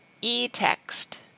e-text